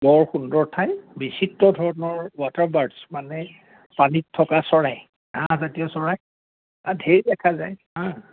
বৰ সুন্দৰ ঠাই বিচিত্ৰ ধৰণৰ ৱাটাৰ বাৰ্ডচ মানে পানীত থকা চৰাই হাঁহজাতীয় চৰাই ধেৰ দেখা যায় হা